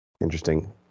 Interesting